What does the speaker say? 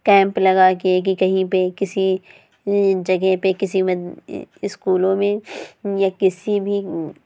camp لگا کے کہ کہیں پہ کسی جگہ پہ کسی من اسکولوں میں یا کسی بھی